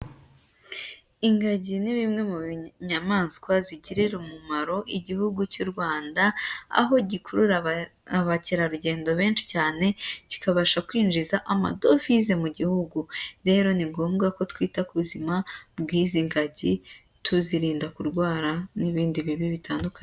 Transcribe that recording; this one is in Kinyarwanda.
Ingagi ni bimwe mu nyamaswa zigirira umumaro igihugu cy'u Rwanda, aho gikurura abakerarugendo benshi cyane, kikabasha kwinjiza amadovize mu gihugu, rero ni ngombwa ko twita ku buzima bw'izi ngagi, tuzirinda kurwara, n'ibindi bibi bitandukanye.